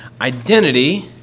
Identity